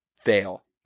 fail